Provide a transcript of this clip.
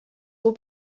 will